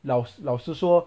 老老实说